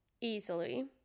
easily